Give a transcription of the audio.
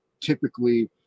typically